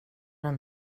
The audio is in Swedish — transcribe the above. den